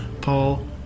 Paul